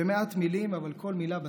במעט מילים, אבל כל מילה בסלע.